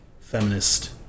feminist